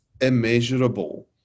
immeasurable